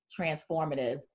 transformative